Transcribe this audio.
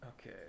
Okay